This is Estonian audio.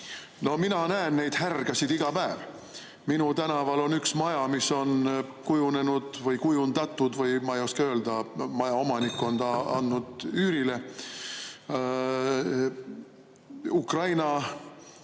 mina näen neid härgasid iga päev. Minu tänaval on üks maja, mis on kujunenud – või kujundatud, ma ei oska öelda, maja omanik on ta andnud üürile – Ukrainast